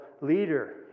leader